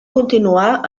continuar